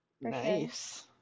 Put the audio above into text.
Nice